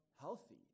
healthy